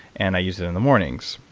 and i use it in the mornings.